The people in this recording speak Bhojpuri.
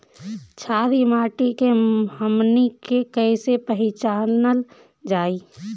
छारी माटी के हमनी के कैसे पहिचनल जाइ?